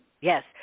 Yes